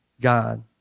God